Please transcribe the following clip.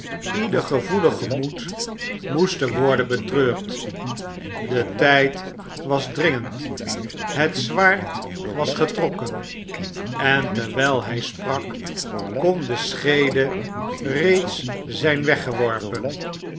ieder gevoelig gemoed moesten worden betreurd de tyd was dringend het zwaard was getrokken en terwyl hy sprak kon de scheede reeds zyn weggeworpen